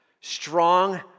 Strong